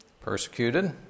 Persecuted